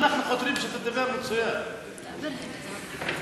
ג'מאל זחאלקה (הרשימה המשותפת):